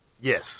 Yes